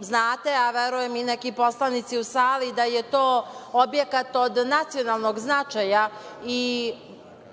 znate, a verujem i neki poslanici u sali, da je to objekat od nacionalnog značaja i